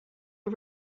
who